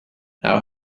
how